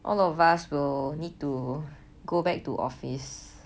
all of us will need to go back to office